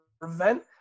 prevent